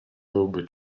byłby